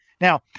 Now